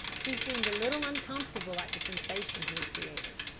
he seemed a little uncomfortable at the sensation he had created.